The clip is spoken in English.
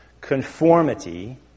conformity